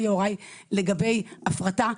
להב לגבי הפרטה,